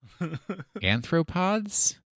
Anthropods